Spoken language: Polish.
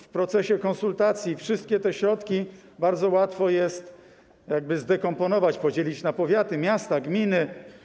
W procesie konsultacji wszystkie te środki bardzo łatwo jest zdekomponować, podzielić na powiaty, miasta, gminy.